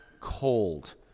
cold